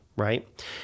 Right